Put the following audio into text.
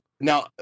now